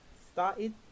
started